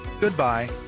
Goodbye